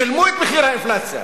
שילמו את מחיר האינפלציה,